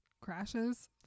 crashes